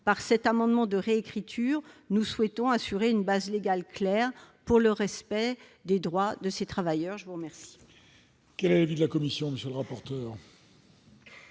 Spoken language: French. Par cet amendement de réécriture, nous souhaitons assurer une base légale claire au respect des droits de ces travailleurs. Quel